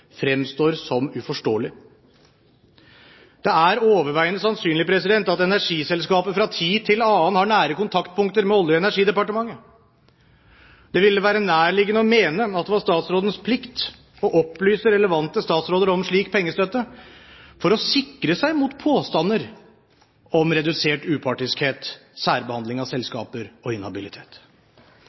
fremstår som uforståelig. Det er overveiende sannsynlig at energiselskaper fra tid til annen har nære kontaktpunkter med Olje- og energidepartementet. Det ville være nærliggende å mene at det var statsrådens plikt å opplyse relevante statsråder om slik pengestøtte for å sikre seg mot påstander om redusert upartiskhet, særbehandling av selskaper og